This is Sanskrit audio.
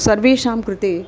सर्वेषां कृते